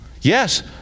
Yes